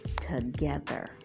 together